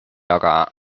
aga